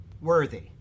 worthy